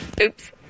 Oops